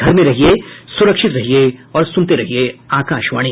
घर में रहिये सुरक्षित रहिये और सुनते रहिये आकाशवाणी